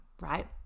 right